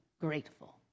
grateful